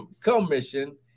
commission